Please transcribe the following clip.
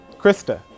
Krista